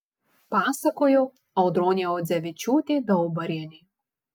pasakojo audronė audzevičiūtė daubarienė